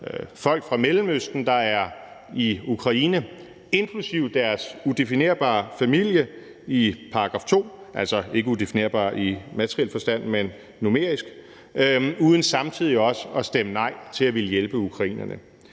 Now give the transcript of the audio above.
folk fra Mellemøsten, der er i Ukraine, inklusive deres udefinerbare familier, altså ikke udefinerbare i materiel forstand, men numerisk, uden samtidig også at stemme nej til at ville hjælpe ukrainerne.